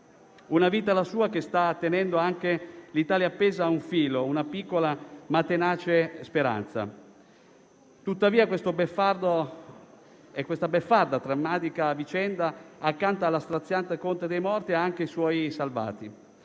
Una vita, la sua, che sta tenendo anche l'Italia appesa a un filo, a una piccola ma tenace speranza. Tuttavia, questa beffarda e drammatica vicenda, accanto alla straziante conta dei morti ha anche i suoi salvati.